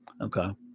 Okay